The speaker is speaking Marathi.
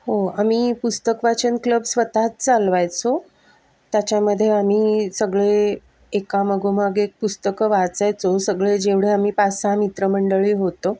हो आम्ही पुस्तक वाचन क्लब स्वतःच चालवायचो त्याच्यामध्ये आम्ही सगळे एका मागोमाग एक पुस्तकं वाचायचो सगळे जेवढे आम्ही पाच सहा मित्रमंडळी होतो